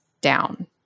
down